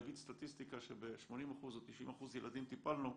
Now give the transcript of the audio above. להגיד סטטיסטיקה שב-80% או ב-90% ילדים טיפלנו,